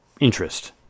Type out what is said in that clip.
interest